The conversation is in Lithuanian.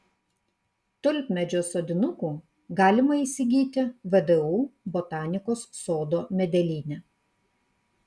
tulpmedžio sodinukų galima įsigyti vdu botanikos sodo medelyne